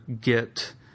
get